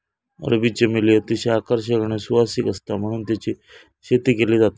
अरबी चमेली अतिशय आकर्षक आणि सुवासिक आसता म्हणून तेची शेती केली जाता